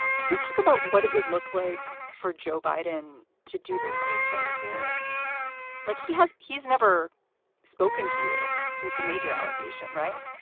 can we talk about what it would look like for joe biden to do the right thing here like he has? he's never spoken to you since you made your allegation, right?